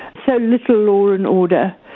so little law and order,